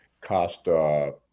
Costa